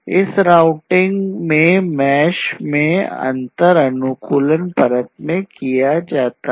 इस राउटिंग में मेष में अंतर अनुकूलन परत में किया जाता है